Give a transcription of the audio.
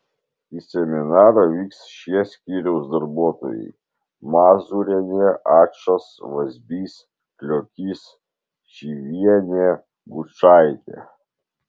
į seminarą vyks šie skyriaus darbuotojai mazūrienė ačas vazbys kliokys šyvienė gučaitė